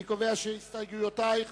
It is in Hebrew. אני קובע שההסתייגות גם היא לא נתקבלה.